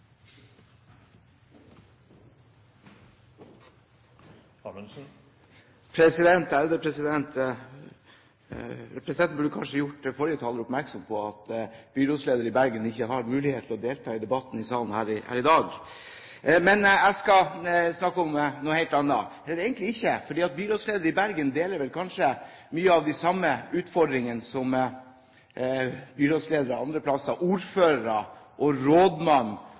oppmerksom på at byrådslederen i Bergen ikke har mulighet til å delta i debatten her i salen i dag. Men jeg skal snakke om noe helt annet, eller egentlig ikke, for byrådslederen i Bergen deler vel kanskje mange at de samme utfordringene som byrådsledere andre plasser og ordførere og